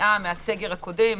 היציאה מהסגר הקודם,